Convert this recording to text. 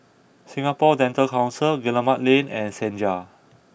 Singapore Dental Council Guillemard Lane and Senja